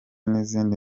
n’izindi